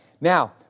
Now